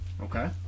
Okay